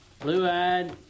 blue-eyed